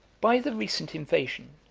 by the recent invasion,